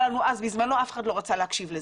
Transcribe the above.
לנו בזמנו אבל אף אחד לא רצה להקשיב לנו.